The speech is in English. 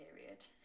period